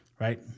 Right